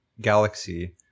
galaxy